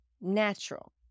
natural